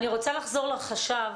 אני רוצה לחזור לחשב